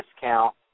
discount